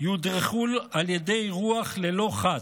יודרכו על ידי רוח ללא חת,